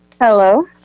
Hello